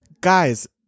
Guys